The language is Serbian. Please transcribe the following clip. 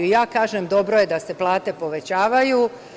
I ja kažem – dobro je da se plate povećavaju.